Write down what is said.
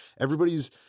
Everybody's